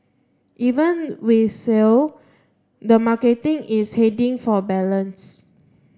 even with shale the marketing is heading for balance